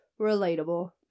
Relatable